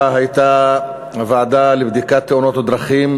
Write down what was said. הייתה הוועדה לבדיקת תאונות הדרכים,